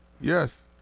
Yes